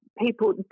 people